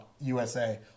USA